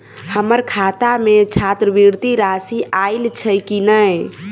हम्मर खाता मे छात्रवृति राशि आइल छैय की नै?